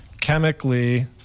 Chemically